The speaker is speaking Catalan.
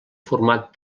format